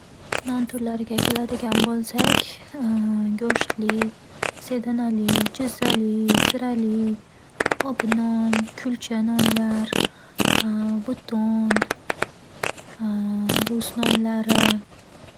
Non turlariga keladigan bo'lsak: go'shtli, sedanali, jizzali, zirali, obi non, kulcha nonlar buton, rus nonlari.